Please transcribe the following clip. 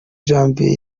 janvier